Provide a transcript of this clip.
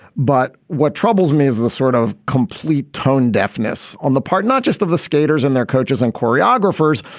but what troubles me is the sort of complete tone deafness on the part not just of the skaters and their coaches and choreographers,